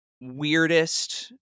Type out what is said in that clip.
weirdest